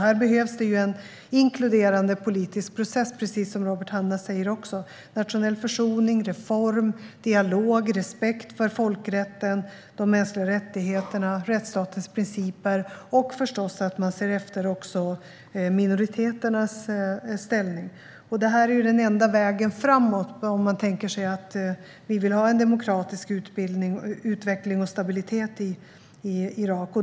Här behövs en inkluderande politisk process, precis som Robert Hannah säger, nationell försoning, reform, dialog, respekt för folkrätten och de mänskliga rättigheterna, rättsstatens principer och, förstås, att man ser till minoriteternas ställning. Det här är den enda vägen framåt om vi vill ha en demokratisk utveckling och stabilitet i Irak.